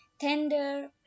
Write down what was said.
tender